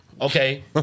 Okay